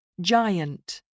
giant